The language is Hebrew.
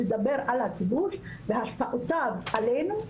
לדבר על הכיבוש והשפעותיו עלינו.